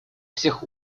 всех